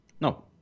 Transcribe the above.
No